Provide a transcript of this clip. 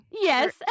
yes